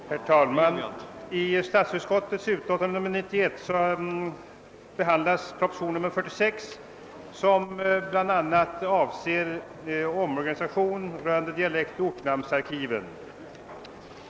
Herr talman! I statsutskottets utlåtande nr 91 behandlas propositionen 46, som bl.a. avser omorganisation av dialektoch ortnamnsarkiven.